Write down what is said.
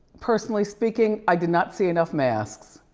personally speaking, i did not see enough masks.